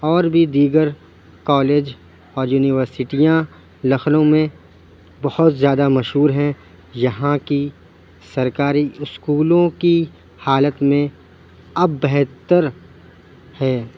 اور بھی دیگر کالج اور یونیورسٹیاں لکھنؤ میں بہت زیادہ مشہور ہیں یہاں کی سرکاری اسکولوں کی حالت میں اب بہتر ہے